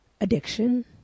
addiction